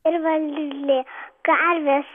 ir varlė karvės